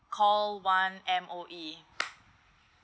call one M_O_E